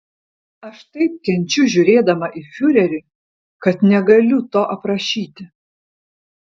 aš taip kenčiu žiūrėdama į fiurerį kad negaliu to aprašyti